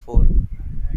forum